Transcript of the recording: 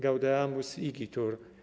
Gaudeamus igitur!